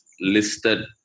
listed